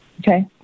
Okay